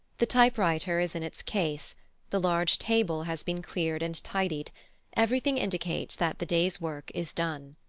the typewriter is in its case the large table has been cleared and tidied everything indicates that the day's work is done.